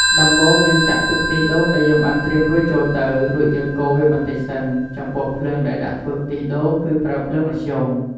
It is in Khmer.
ដំបូងយើងចាក់ទឹកខ្ទិះដូងដែលយើងបានត្រៀមរួចចូលទៅ រួចយើងកូរវាបន្តិចសិន ចំពោះភ្លើងដែលដាក់ធ្វើខ្ទិះដូងគឺប្រើភ្លើងមធ្យម។